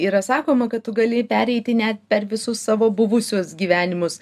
yra sakoma kad tu gali pereiti net per visus savo buvusius gyvenimus